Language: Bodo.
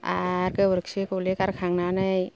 आर गोबोरखि गलि गारखांनानै